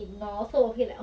bukit panjang